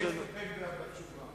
או להסתפק בתשובה.